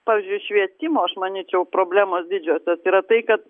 pavyzdžiui švietimo aš manyčiau problemos didžiosios yra tai kad